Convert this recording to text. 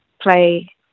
play